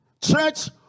Church